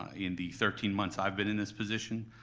in the thirteen months i've been in this position,